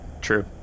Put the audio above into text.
True